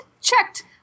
checked